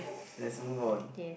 let's move on